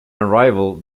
arrival